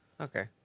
okay